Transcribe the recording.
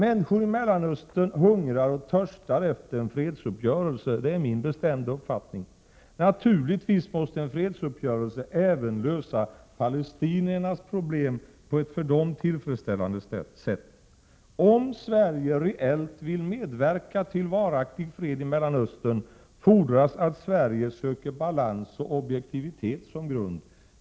Människor i Mellanöstern hungrar och törstar efter en fredsuppgörelse. Det är min bestämda uppfattning. Naturligtvis måste en fredsuppgörelse även lösa palestiniernas problem på ett för dem tillfredsställande sätt. Om Sverige reellt vill medverka till varaktig fred i Mellanöstern, fordras att Sverige söker balans och objektivitet som grund.